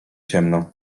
ciemno